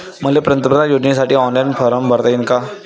मले पंतप्रधान योजनेसाठी ऑनलाईन फारम भरता येईन का?